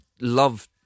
love